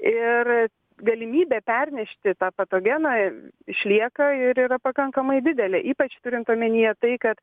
ir galimybė pernešti tą patogeną išlieka ir yra pakankamai didelė ypač turint omenyje tai kad